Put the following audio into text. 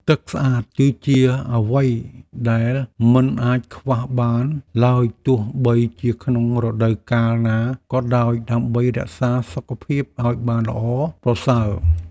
ទឹកស្អាត គឺជាអ្វីដែលមិនអាចខ្វះបានឡើយទោះបីជាក្នុងរដូវកាលណាក៏ដោយដើម្បីរក្សាសុខភាពឱ្យបានល្អប្រសើរ។